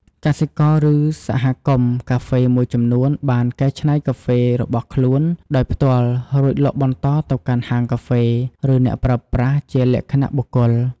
កសិករ ឬសហគមន៍កាហ្វេមួយចំនួនបានកែច្នៃកាហ្វេរបស់ខ្លួនដោយផ្ទាល់ រួចលក់បន្តទៅកាន់ហាងកាហ្វេ ឬអ្នកប្រើប្រាស់ជាលក្ខណៈបុគ្គល។